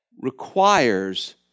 requires